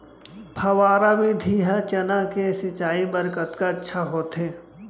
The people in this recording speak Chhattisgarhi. फव्वारा विधि ह चना के सिंचाई बर कतका अच्छा होथे?